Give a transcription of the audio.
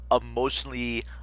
emotionally